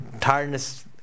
tiredness